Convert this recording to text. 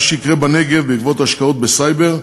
מה שיקרה בנגב בעקבות השקעות בסייבר,